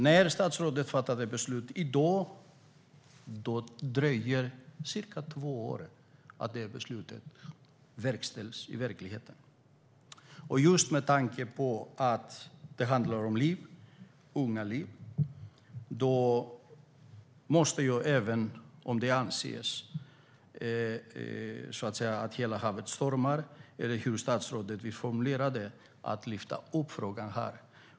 När statsrådet fattar beslut i dag dröjer det cirka två år till dess att beslutet verkställs i verkligheten. Det handlar om unga liv. Det sas att det är att leka "hela havet stormar", eller hur statsrådet vill formulera det, att lyfta upp frågan här.